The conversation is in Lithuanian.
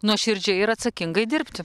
nuoširdžiai ir atsakingai dirbti